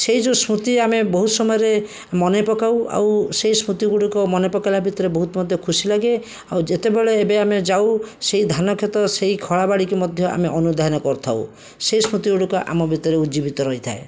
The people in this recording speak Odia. ସେଇ ଯେଉଁ ସ୍ମୃତି ଆମେ ବହୁତ ସମୟରେ ମନେ ପକାଉ ଆଉ ସେ ସ୍ମୃତିଗୁଡ଼ିକ ମନେ ପକେଇଲା ଭିତରେ ବହୁତ ମଧ୍ୟ ଖୁସି ଲାଗେ ଆଉ ଯେତେବେଳେ ଏବେ ଆମେ ଯାଉ ସେଇ ଧାନ କ୍ଷେତ ସେଇ ଖଳାବାଡ଼ିକି ମଧ୍ୟ ଆମେ ଅନୁଧ୍ୟାନ କରୁଥାଉ ସେଇ ସ୍ମୃତିଗୁଡ଼ିକ ଆମ ଭିତରେ ଉଜ୍ଜୀବିତ ରହିଥାଏ